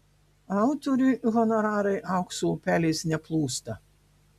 autoriui honorarai aukso upeliais neplūsta